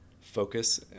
focus